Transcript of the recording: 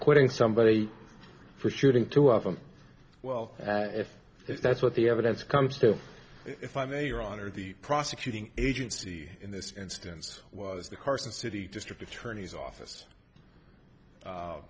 if somebody for shooting two of them well that if if that's what the evidence comes to if i may your honor the prosecuting agency in this instance was the carson city district attorney's office